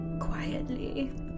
quietly